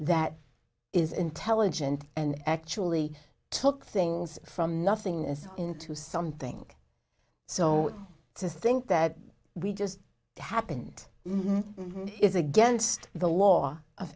that is intelligent and actually took things from nothingness into something so to think that we just happened is against the law of